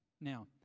Now